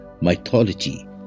mythology